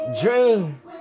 Dream